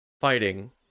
fighting